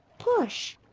push!